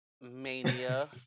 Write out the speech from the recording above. Mania